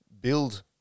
build